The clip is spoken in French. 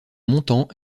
montant